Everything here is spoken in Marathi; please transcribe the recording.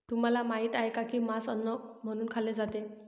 तुम्हाला माहित आहे का की मांस अन्न म्हणून खाल्ले जाते?